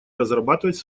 разрабатывать